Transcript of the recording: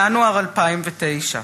ינואר 2009,